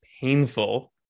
painful